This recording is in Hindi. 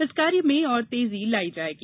इस कार्य में और तेजी लायी जायेगी